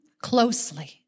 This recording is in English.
closely